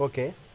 okay